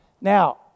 Now